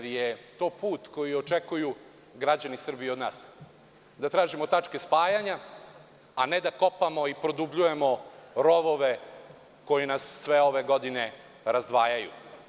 To je put koji očekuju građani Srbije od nas, da tražimo tačke spajanja, a ne da kopamo i produbljujemo rovove koji nas sve ove godine razdvajaju.